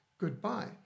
goodbye